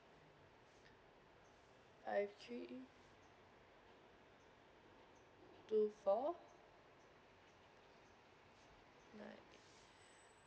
five three two four nine eight